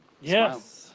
yes